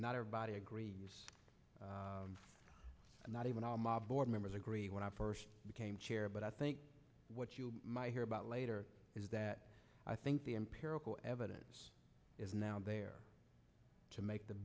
not everybody agrees not even our board members agree when i first became chair but i think what you'll hear about later is that i think the empirical evidence is now there to make the